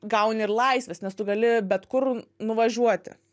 gauni ir laisvės nes tu gali bet kur nuvažiuoti